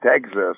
Texas